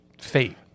fate